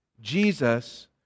Jesus